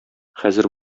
хәзер